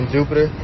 Jupiter